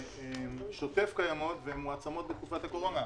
שוטף קיימות ומועצמות בתקופת הקורונה.